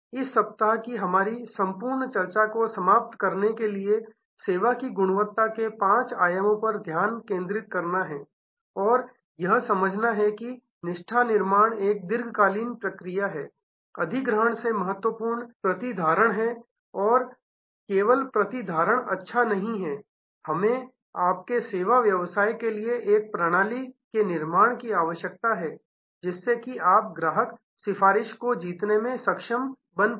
इस सप्ताह की हमारी संपूर्ण चर्चा को समाप्त करने के लिए सेवा की गुणवत्ता के पांच आयामों पर ध्यान केंद्रित करना है और यह समझना है कि निष्ठा निर्माण एक दीर्घकालिक प्रक्रिया है अधिग्रहण से अधिक महत्वपूर्ण प्रतिधारण है और केवल प्रतिधारण अच्छा नहीं है हमें आपके सेवा व्यवसाय के लिए एक प्रणाली के निर्माण की आवश्यकता है जिससे कि आप ग्राहक सिफारिश को जीतने में सक्षम बन पाए